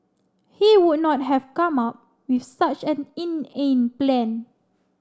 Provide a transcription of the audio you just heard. he would not have come up with such an inane plan